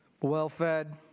well-fed